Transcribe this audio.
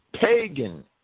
pagan